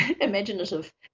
imaginative